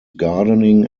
gardening